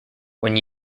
when